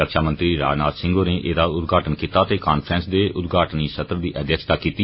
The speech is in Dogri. रक्षा मंत्री राजनाथ सिंह होरें एहदा उद्घाटन कीता ते कांफ्रैंस दे उद्घाटनी सत्र दी अध्यक्षता कीती